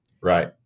right